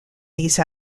these